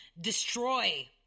destroy